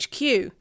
HQ